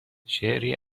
شعری